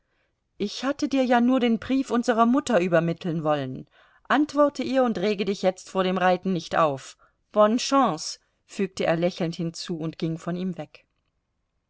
ich hatte dir ja nur den brief unserer mutter übermitteln wollen antworte ihr und rege dich jetzt vor dem reiten nicht auf bonne chance fügte er lächelnd hinzu und ging von ihm weg